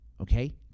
Okay